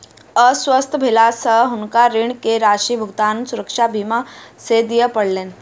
अस्वस्थ भेला से हुनका ऋण के राशि भुगतान सुरक्षा बीमा से दिय पड़लैन